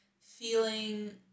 feeling